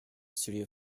studio